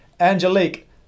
Angelique